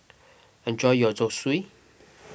enjoy your Zosui